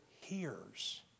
hears